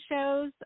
shows